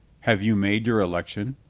have you made your election?